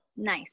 nice